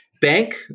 Bank